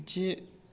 যে